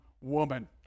woman